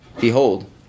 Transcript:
Behold